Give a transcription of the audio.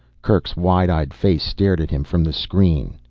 kerk's wide-eyed face stared at him from the screen.